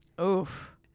Oof